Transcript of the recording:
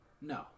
No